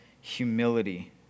humility